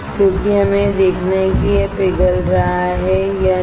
क्योंकि हमें यह देखना है कि यह पिघल रहा है या नहीं